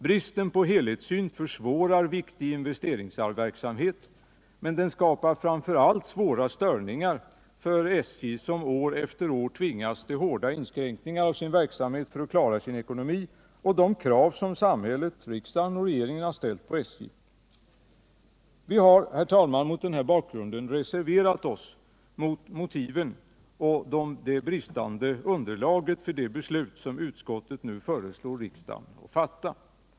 Bristen på helhetssyn försvårar viktigt investeringsarbete men den skapar framför allt svåra störningar för SJ, som år efter år tvingas till hårda inskränkningar av sin verksamhet för att klara sin ekonomi och de krav som samhället — riksdagen och regeringen — har ställt på SJ. Vi har, herr talman, mot den här bakgrunden reserverat oss mot motiven och det bristande underlaget för de beslut som utskottet nu föreslår riksdagen att fatta.